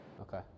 Okay